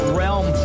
realm